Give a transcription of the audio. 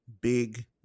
big